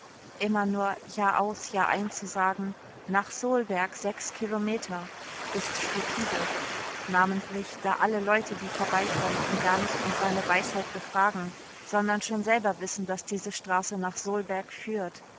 immer nur jahraus jahrein zu sagen nach soolberg sechs kilometer ist stupide namentlich da alle leute die vorbeikommen ihn gar nicht um seine weisheit befragen sondern schon selber wissen daß diese straße nach soolberg führt